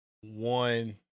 one